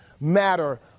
matter